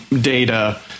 data